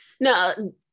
no